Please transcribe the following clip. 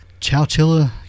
Chowchilla